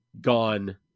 gone